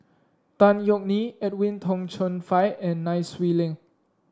Tan Yeok Nee Edwin Tong Chun Fai and Nai Swee Leng